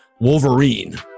Wolverine